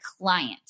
client